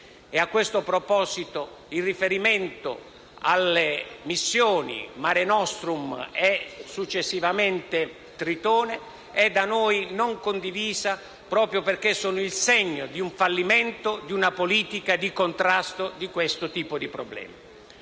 A questo proposito, il riferimento alle missioni Mare nostrum e Triton è da noi non condiviso, proprio perché sono il segno del fallimento di una politica di contrasto di questo tipo di problema.